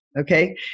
Okay